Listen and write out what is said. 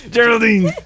Geraldine